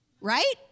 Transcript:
right